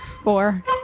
Four